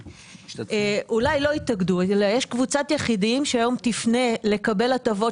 אלא יש קבוצת יחידים שהיום תפנה לקבל הטבות